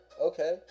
Okay